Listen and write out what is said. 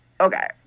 okay